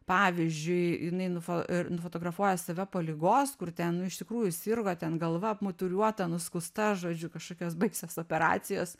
pavyzdžiui jinai nufo nufotografuoja save po ligos kur ten nu iš tikrųjų sirgo ten galva apmutūriuota nuskusta žodžiu kažkokios baisios operacijos